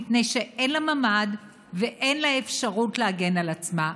מפני שאין לה ממ"ד ואין לה אפשרות להגן על עצמה.